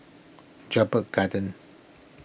Jedburgh Gardens